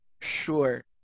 Sure